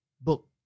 book